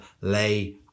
lay